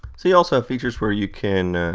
so, you also have features where you can